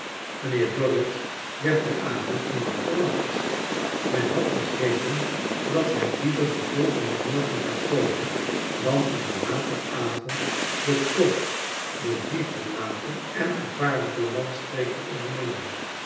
mijnheer dorrit werd dien avond niet meer verwacht men had begrepen dat hij liever den volgenden morgen zou kornen dan in den laten avond den tocht door die verlaten en gevaarlijke landstreek te ondernemen